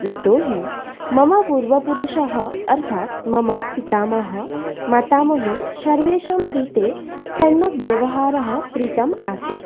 यतो हि मम पूर्वपुरुषः अर्थात् मम पितामहः मातामही सर्वेषाङ्कृते सम्यक् व्यवहारः कृतम् आसीत्